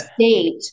state